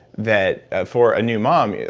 that for a new mom, yeah